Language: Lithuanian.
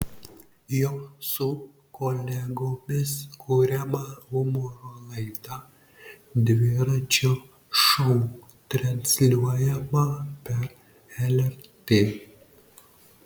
jo su kolegomis kuriama humoro laida dviračio šou transliuojama per lrt